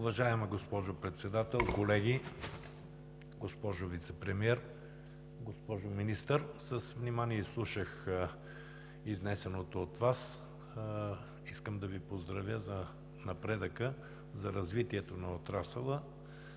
Уважаема госпожо Председател, колеги, госпожо Вицепремиер! Госпожо Министър, с внимание изслушах изнесеното от Вас. Искам да Ви поздравя за напредъка за развитието на отрасъла,